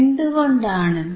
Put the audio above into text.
എന്തുകൊണ്ടാണിത്